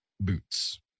boots